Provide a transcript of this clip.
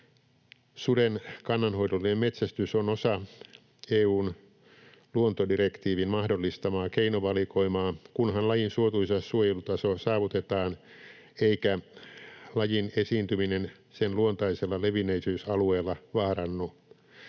Suden kannanhoidollinen metsästys on osa EU:n luontodirektiivin mahdollistamaa keinovalikoimaa, kunhan lajin suotuisa suojelutaso saavutetaan eikä lajin esiintyminen sen luontaisella levinneisyysalueella vaarannu.